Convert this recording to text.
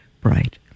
bright